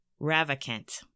ravacant